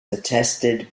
attested